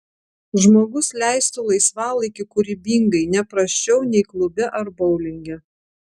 žmogus leistų laisvalaikį kūrybingai ne prasčiau nei klube ar boulinge